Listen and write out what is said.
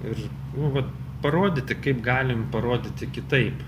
ir nu vat parodyti kaip galim parodyti kitaip